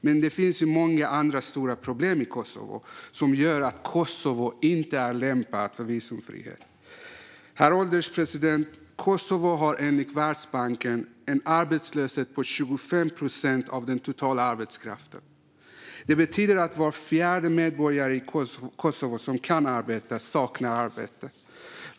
Men det finns ju många andra stora problem i Kosovo som gör att landet inte är lämpat för visumfrihet. Herr ålderspresident! Kosovo har enligt Världsbanken en arbetslöshet på 25 procent av den totala arbetskraften. Det betyder att var fjärde medborgare i Kosovo som kan arbeta saknar arbete.